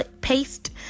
paste